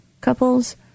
couples